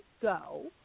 go